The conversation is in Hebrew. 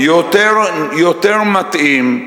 יותר מתאים,